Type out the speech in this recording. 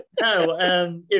No